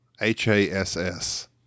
h-a-s-s